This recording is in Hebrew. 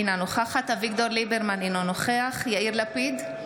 אינה נוכחת אביגדור ליברמן, אינו נוכח יאיר לפיד,